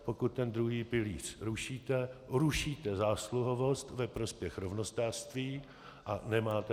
Pokud ten druhý pilíř rušíte, rušíte zásluhovost ve prospěch rovnostářství a nemáte alternativu.